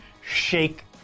shake